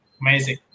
Amazing